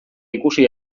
ikusi